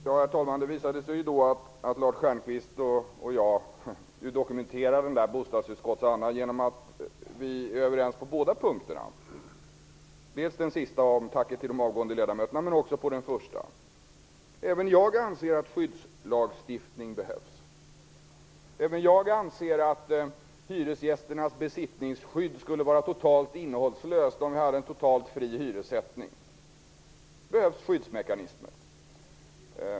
Herr talman! Så visar det sig då att Lars Stjernkvist och jag dokumenterar bostadsutskottsandan genom att vara överens på båda punkterna, dels på den sista om tacket till de avgående ledamöterna, dels på den första. Även jag anser att skyddslagstiftning behövs. Även jag anser att hyresgästernas besittningsskydd skulle vara totalt innehållslöst om vi hade en helt fri hyressättning. Det behövs skyddsmekanismer.